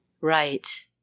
Right